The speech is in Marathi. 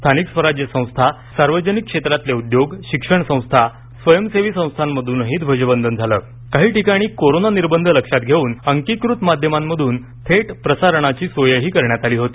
स्थानिक स्वराज्य संस्था सार्वजनिक क्षेत्रातले उद्योग शिक्षण संस्था स्वयंसेवी संस्थांमधूनही ध्वजवंदन झ काही ठिकाणी कोरोना निर्देध लक्षात घेऊन अंकीकृत माध्यमांतून थेट प्रसारणाची सोयही करण्यात आली होती